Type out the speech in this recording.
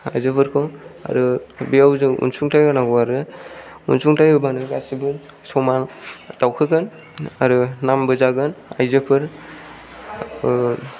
आयजोफोरखौ आरो बेयाव जों अनसुंथाय होनांगौ आरो अनसुंथाय होबानो गासैबो समा दावखोगोन आरो नामबो जागोन आयजोफोर